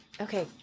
okay